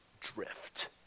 drift